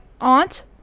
aunt